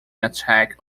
attack